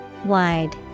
Wide